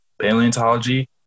Paleontology